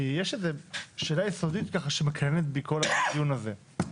כי יש איזה שאלה יסודית ככה שמקננת בי כל הדיון הזה.